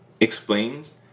explains